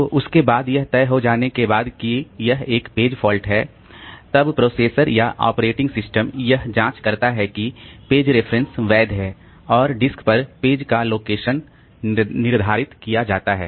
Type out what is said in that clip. तो उसके बाद यह तय हो जाने के बाद कि यह एक पेज फॉल्ट है तब प्रोसेसर या ऑपरेटिंग सिस्टम यह जांच करता है कि पेज रेफरेंस वैध है और डिस्क पर पेज का लोकेशन निर्धारित किया जाता है